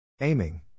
Aiming